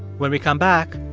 when we come back,